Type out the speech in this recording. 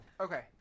Okay